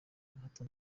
hato